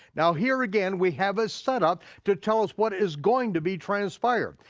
now, here again we have a setup to tell us what is going to be transpired.